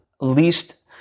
least